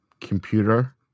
computer